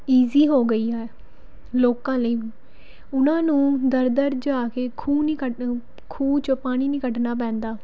easy ਹੋ ਗਈ ਹੈ ਲੋਕਾਂ ਲਈ ਉਹਨਾਂ ਨੂੰ ਦਰ ਦਰ ਜਾ ਕੇ ਖੂਹ ਨਹੀਂ ਕੱਢ ਖੂਹ 'ਚੋਂ ਪਾਣੀ ਨਹੀਂ ਕੱਢਣਾ ਪੈਂਦਾ